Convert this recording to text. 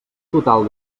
total